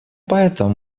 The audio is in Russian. поэтому